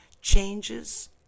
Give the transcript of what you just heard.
Changes